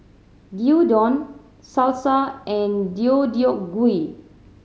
Gyudon Salsa and Deodeok Gui